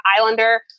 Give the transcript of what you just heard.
Islander